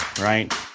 right